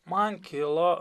man kilo